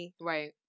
Right